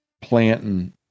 planting